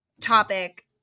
topic